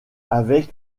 avec